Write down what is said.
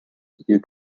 you